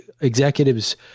executives